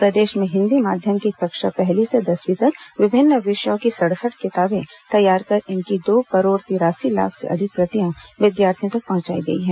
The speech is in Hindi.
प्रदेश में हिन्दी माध्यम की कक्षा पहली से दसवीं तक विभिन्न विषयों की सड़सठ किताबें तैयार कर इनकी दो करोड़ तिरासी लाख से अधिक प्रतियां विद्यार्थियों तक पहुंचाई गई हैं